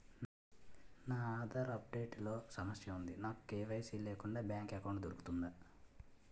నా Aadhaar update లో సమస్య వుంది నాకు కే.వై.సీ లేకుండా బ్యాంక్ ఎకౌంట్దొ రుకుతుందా?